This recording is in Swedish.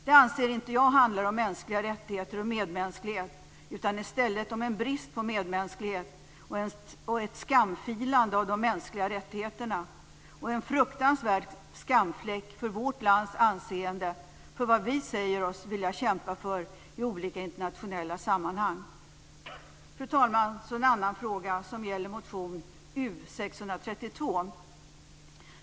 Det anser inte jag handlar om mänskliga rättigheter och medmänsklighet utan i stället om en brist på medmänsklighet, ett skamfilande av de mänskliga rättigheterna och en fruktansvärd skamfläck för vårt lands anseende för vad vi säger oss vilka kämpa för i olika internationella sammanhang. Fru talman! Så en annan frågan som gäller motion U632.